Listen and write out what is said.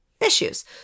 issues